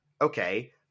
Okay